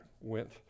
went